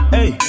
Hey